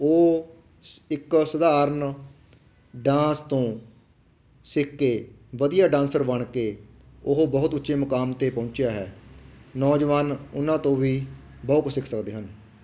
ਉਹ ਇੱਕ ਸਧਾਰਨ ਡਾਂਸ ਤੋਂ ਸਿੱਖ ਕੇ ਵਧੀਆ ਡਾਂਸਰ ਬਣ ਕੇ ਉਹ ਬਹੁਤ ਉੱਚੇ ਮੁਕਾਮ 'ਤੇ ਪਹੁੰਚਿਆ ਹੈ ਨੌਜਵਾਨ ਉਹਨਾਂ ਤੋਂ ਵੀ ਬਹੁਤ ਕੁਛ ਸਿੱਖ ਸਕਦੇ ਹਨ